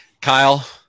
Kyle